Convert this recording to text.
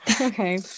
Okay